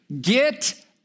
get